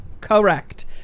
correct